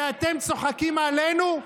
ואתם צוחקים עלינו?